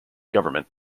government